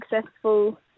successful